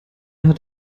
hat